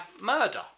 murder